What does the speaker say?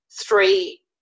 three